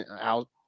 out